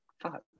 fuck